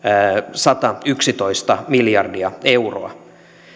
satayksitoista miljardia euroa